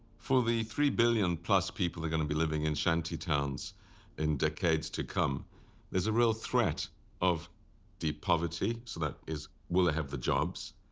for the three billion plus people are going to be living in shanty towns in decades to come there's a real threat of deep poverty. so that is, will they have the jobs,